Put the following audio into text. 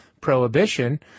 prohibition